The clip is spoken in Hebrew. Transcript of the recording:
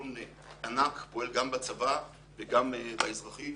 ארגון ענק שפועל גם בצבא וגם באזרחי,